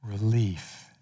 relief